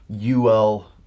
UL